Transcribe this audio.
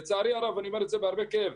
לצערי הרב, ואני אומר את זה בהרבה כאב,